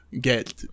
get